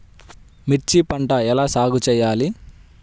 మిర్చి పంట ఎలా సాగు చేయాలి?